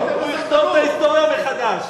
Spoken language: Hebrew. הוא יכתוב את ההיסטוריה מחדש.